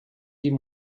die